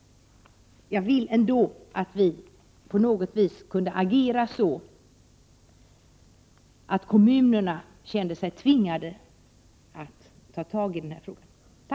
Jag hoppas att vi ändå på något vis kunde agera så, att kommunerna kände sig tvingade att ta tag i denna fråga.